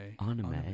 anime